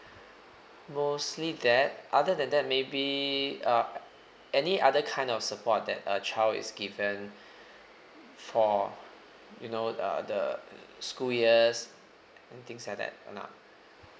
mostly that other than that maybe uh any other kind of support that a child is given for you know uh the school years and things like that or not